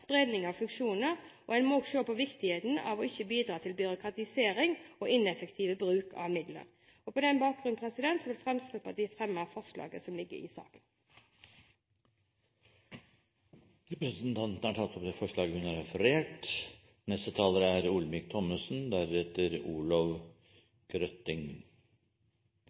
spredning av funksjoner. En må også se på viktigheten av ikke å bidra til byråkratisering og ineffektiv bruk av midler. På den bakgrunn fremmer jeg Fremskrittspartiets forslag i saken. Representanten Solveig Horne har tatt opp de forslagene hun refererte til. Dette er jo en sak som er